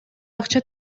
акча